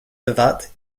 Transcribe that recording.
bevat